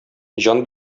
җан